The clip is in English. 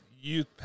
youth